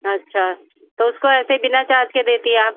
अच्छा तो उसको ऐसे ही बिना चार्ज के देती हैं आप